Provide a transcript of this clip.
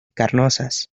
carnosas